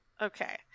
okay